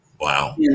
Wow